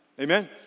Amen